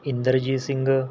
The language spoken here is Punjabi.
ਇੰਦਰਜੀਤ ਸਿੰਘ